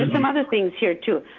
some other things here too.